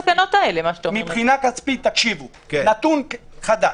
נתון חדש: